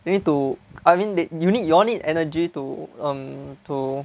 you need to I mean they you need y'all need energy to um to